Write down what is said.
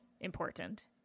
important